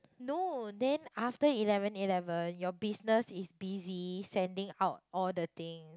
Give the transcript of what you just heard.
no then after eleven eleven your business is busy sending out all the things